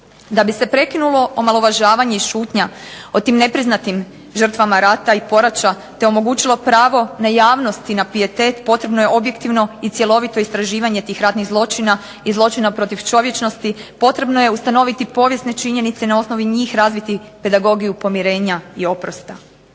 Da bi se prekinulo omalovažavanje i šutnja o tim nepriznatim žrtvama rata i poraća te omogućilo pravo na javnost i na pijetet potrebno je objektivno i cjelovito istraživanje tih ratnih zločina i zločina protiv čovječnosti, potrebno je ustanoviti povijesne činjenice i na osnovi njih razviti pedagogiju pomirenja i oprosta.